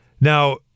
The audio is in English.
Now –